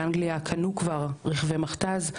באנגליה קנו כבר רכבי מכת"ז,